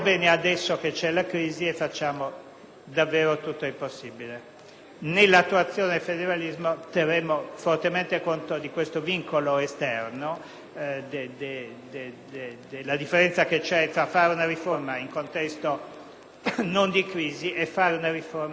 Nell'attuazione del federalismo terremo fortemente conto di questo vincolo esterno e della differenza che c'è tra fare una riforma in un contesto normale e farla in un contesto di crisi. Sarà obiettivo del Governo evitare che